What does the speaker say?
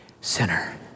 sinner